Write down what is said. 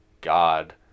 God